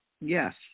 Yes